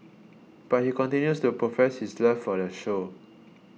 but he continues to profess his love for the show